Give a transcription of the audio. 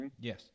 Yes